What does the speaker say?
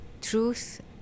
truth